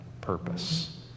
purpose